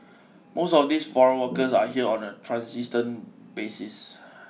most of these foreign workers are here on a transient basis